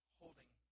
holding